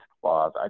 clause